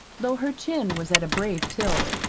though her chin was at a brave tilt.